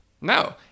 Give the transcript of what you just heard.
No